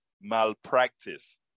malpractice